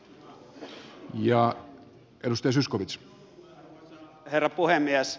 arvoisa herra puhemies